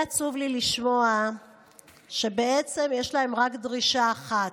היה עצוב לי לשמוע שבעצם יש להם רק דרישה אחת,